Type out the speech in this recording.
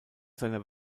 seiner